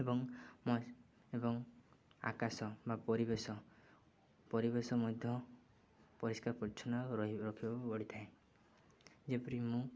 ଏବଂ ମ ଏବଂ ଆକାଶ ବା ପରିବେଶ ପରିବେଶ ମଧ୍ୟ ପରିଷ୍କାର ପରିଚ୍ଛନ୍ନ ରଖିବାକୁ ପଡ଼ିଥାଏ ଯେପରି ମୁଁ